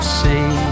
see